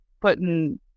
putting